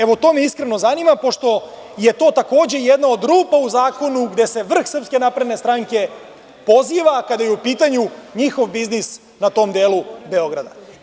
Evo, to me iskreno zanima pošto je to takođe jedna od rupa u zakonu, gde se vrh SNS poziva kada je u pitanju njihov biznis na tom delu Beograda.